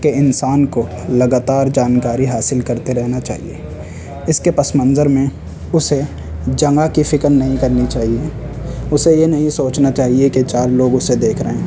کہ انسان کو لگاتار جانکاری حاصل کرتے رہنا چاہیے اس کے پس منظر میں اسے جگہ کی فکر نہیں کرنی چاہیے اسے یہ نہیں سوچنا چاہیے کہ چار لوگ اسے دیکھ رہے ہیں